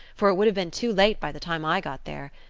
for it would have been too late by the time i got there.